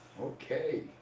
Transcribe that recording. Okay